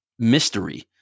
mystery